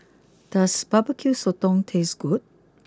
does barbecue Sotong taste good